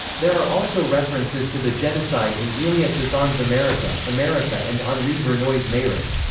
there are also references to the genocide in elia kazan's america, america and henri verneuil's mayrig.